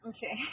Okay